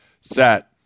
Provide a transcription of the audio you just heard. set